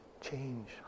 change